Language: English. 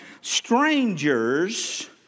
strangers